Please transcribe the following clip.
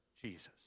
Jesus